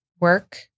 work